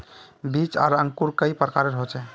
बीज आर अंकूर कई प्रकार होचे?